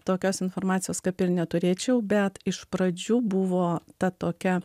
tokios informacijos kaip ir neturėčiau bet iš pradžių buvo ta tokia